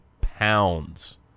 pounds